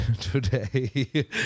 today